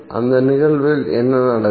அந்த நிகழ்வில் என்ன நடக்கும்